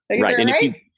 right